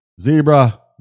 zebra